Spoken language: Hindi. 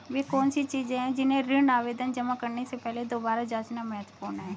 वे कौन सी चीजें हैं जिन्हें ऋण आवेदन जमा करने से पहले दोबारा जांचना महत्वपूर्ण है?